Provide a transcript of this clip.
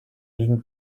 d’une